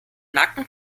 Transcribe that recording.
nacken